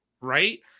Right